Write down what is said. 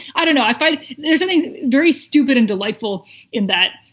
i don't know. i find something very stupid and delightful in that.